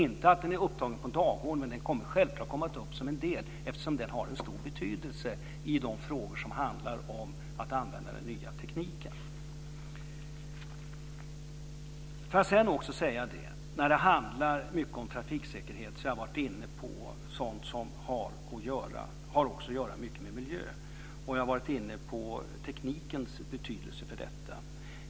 Den är inte upptagen på en dagordning, men den kommer självklart att tas upp eftersom den har en stor betydelse när det gäller de frågor som handlar om att använda den nya tekniken. Det handlar om trafiksäkerhet, men jag har också varit inne på sådant som har att göra med miljö. Jag har varit inne på teknikens betydelse för detta.